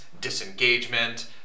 disengagement